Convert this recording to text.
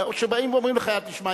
או שבאים ואומרים לך: תשמע,